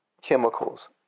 chemicals